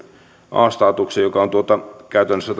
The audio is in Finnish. a statuksen joka käytännössä